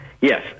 Yes